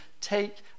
take